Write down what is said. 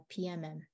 PMM